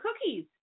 cookies